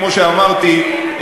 כמו שאמרתי,